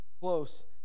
close